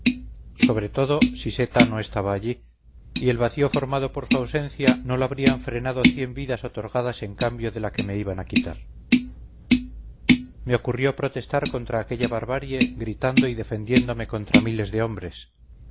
sobre todo siseta no estaba allí y el vacío formado por su ausencia no lo habrían frenado cien vidas otorgadas en cambio de la que me iban a quitar me ocurrió protestar contra aquella barbarie gritando y defendiéndome contra miles de hombres